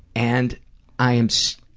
and i am so